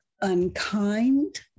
unkind